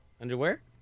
Underwear